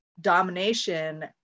domination